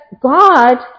God